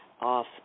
off